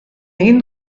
egin